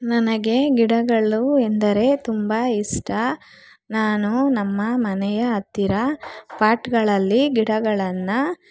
ನನಗೆ ಗಿಡಗಳು ಎಂದರೆ ತುಂಬ ಇಷ್ಟ ನಾನು ನಮ್ಮ ಮನೆಯ ಹತ್ತಿರ ಪಾಟ್ಗಳಲ್ಲಿ ಗಿಡಗಳನ್ನು